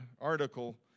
article